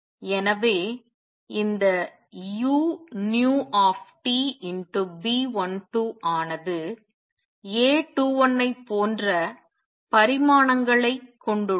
எனவே இந்த uTB12ஆனது A21ஐப் போன்ற பரிமாணங்களைக் கொண்டுள்ளது